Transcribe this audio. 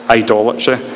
idolatry